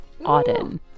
Auden